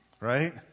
right